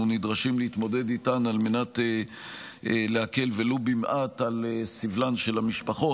נדרשים להתמודד איתן על מנת להקל ולו במעט את סבלן של המשפחות.